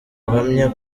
buhamya